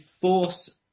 force